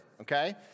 okay